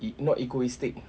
e~ not egoistic